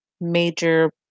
major